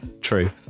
true